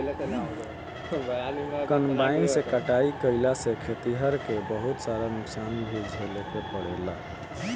combine से कटाई कईला से खेतिहर के बहुत सारा नुकसान भी झेले के पड़ेला